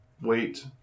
wait